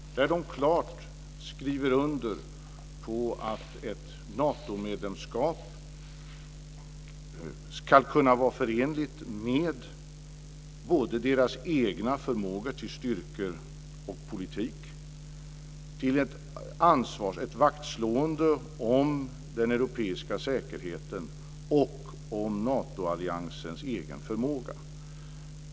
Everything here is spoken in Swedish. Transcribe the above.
Där skriver de klart under på att ett Natomedlemskap ska kunna vara förenligt med deras egen förmåga till styrkor och politik och med ett vaktslående om den europeiska säkerheten och om Natoalliansens egen förmåga.